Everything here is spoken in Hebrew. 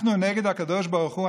אנחנו נגד הקדוש ברוך הוא,